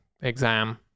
exam